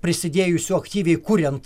prisidėjusių aktyviai kuriant